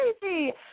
crazy